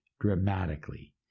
dramatically